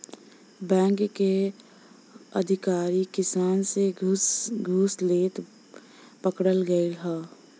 bank के अधिकारी किसान से घूस लेते पकड़ल गइल ह